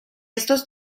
estos